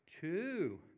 Two